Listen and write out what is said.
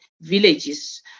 villages